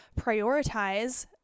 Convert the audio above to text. prioritize